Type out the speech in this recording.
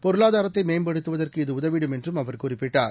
பொருளாதாரத்தைமேம்படுத்துவதற்கு இது உதவிடும் என்றும் அவர் குறிப்பிட்டார்